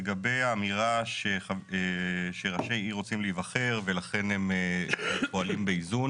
לגבי האמירה שראשי ערים רוצים להיבחר ולכן הם פועלים באיזון